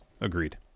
Agreed